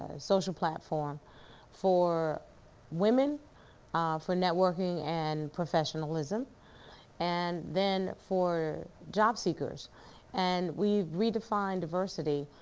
social platform for women ah for networking and professionalism and then for job seekers and we redefine diversity.